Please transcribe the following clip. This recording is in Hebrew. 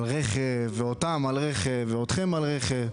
על רכב, ואותם על רכב, ואותכם על רכב.